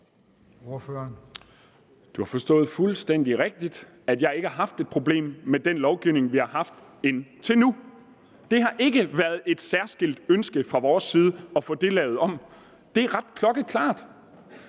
(S): Det er fuldstændig rigtigt, at jeg ikke har haft et problem med den lovgivning, vi har haft indtil nu. Det har ikke været et særskilt ønske fra vores side at få lavet det om. Det er klokkeklart.